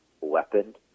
weapon